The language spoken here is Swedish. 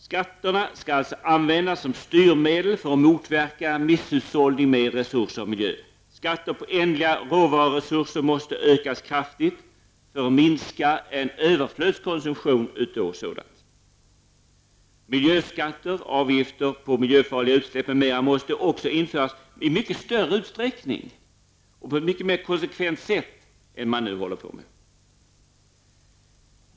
Skatterna skall alltså användas som styrmedel för att motverka misshushållning med resurser och miljö. Skatter på ändliga råvaruresurser måste höjas kraftigt för att minska överflödskonsumtion av dessa. Miljöskatter och avgifter på miljöfarliga utsläpp m.m. måste också införas i mycket större utsträckning och på ett mycket mer konsekvent sätt än vad som nu är fallet.